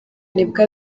nibwo